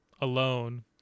alone